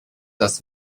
das